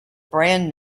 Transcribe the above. brand